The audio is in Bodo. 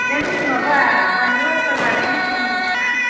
नों माबा बानलु आसार बानायनो गोरों होनदों नामा